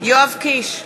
יואב קיש,